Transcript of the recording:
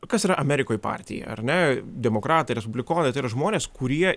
kas yra amerikoj partija ar ne demokratai respublikonai tai yra žmonės kurie